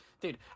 Dude